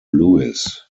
lewis